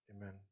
Amen